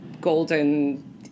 golden